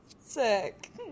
sick